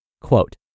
Quote